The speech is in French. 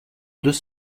deux